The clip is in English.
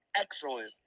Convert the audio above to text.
excellent